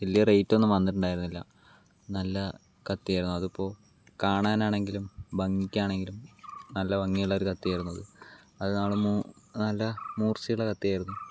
വലിയ റേറ്റ് ഒന്നും വന്നിട്ടുണ്ടായിരുന്നില്ല നല്ല കത്തിയായിരുന്നു അതിപ്പോൾ കാണാനാണെങ്കിലും ഭംഗിക്കാണെങ്കിലും നല്ല ഭംഗിയുള്ളൊരു കത്തിയായിരുന്നു അത് അത് കാണുമ്പോൾ നല്ല മൂർച്ചയുള്ള കത്തിയായിരുന്നു